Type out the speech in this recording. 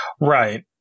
Right